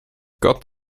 gott